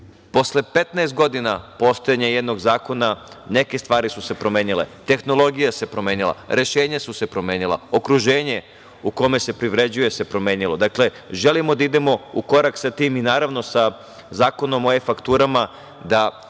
posle 15 godina postojanja jednog zakona neke stvari su se promenile, tehnologija se promenila, rešenja su se promenila, okruženje u kome se privređuje se promenilo. Dakle, želimo da idemo u korak sa tim, i naravno, sa zakonom o e-fakturama, da